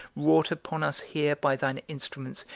wrought upon us here by thine instruments,